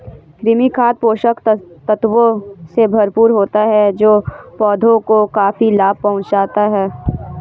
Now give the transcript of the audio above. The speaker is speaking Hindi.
कृमि खाद पोषक तत्वों से भरपूर होता है जो पौधों को काफी लाभ पहुँचाता है